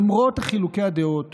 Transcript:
למרות חילוקי הדעות